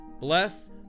Bless